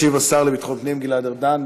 ישיב השר לביטחון הפנים גלעד ארדן.